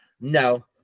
No